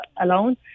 alone